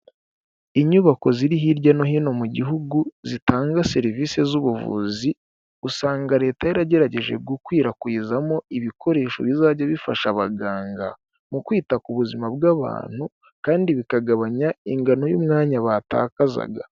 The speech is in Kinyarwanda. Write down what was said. Inyubako ziri hirya no hino mu gihugu zitanga serivisi z'ubuvuzi, usanga leta yaragerageje gukwirakwizamo ibikoresho bizajya bifasha abaganga mu kwita ku buzima bw'abantu kandi bikagabanya ingano y'umwanya batakazaga.